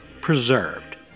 preserved